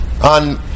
on